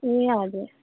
ए हजुर